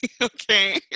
Okay